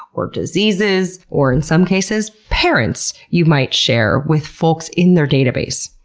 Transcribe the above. or diseases, or in some cases parents you might share with folks in their database.